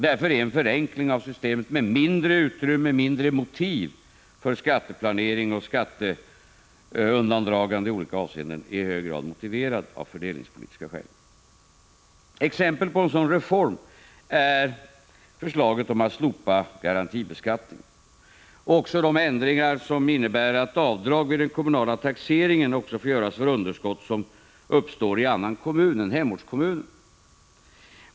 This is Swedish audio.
Därför är en förenkling av systemet, med mindre utrymme för och mindre motiv för skatteplanering och skatteundandragande i olika Exempel på en sådan reform är förslaget om att slopa garantibeskattningen liksom de ändringar som innebär att avdrag vid den kommunala taxeringen får göras också för underskott som uppstår i annan kommun än hemortskommunen.